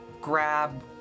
grab